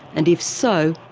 and if so,